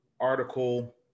article